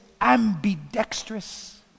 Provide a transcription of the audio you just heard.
ambidextrous